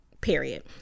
Period